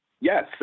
Yes